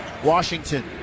washington